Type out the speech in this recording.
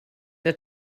der